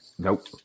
Nope